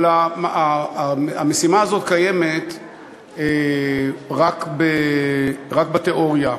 אבל המשימה הזאת קיימת רק בתיאוריה,